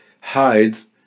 hides